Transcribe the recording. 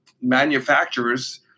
manufacturers